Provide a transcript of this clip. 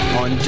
on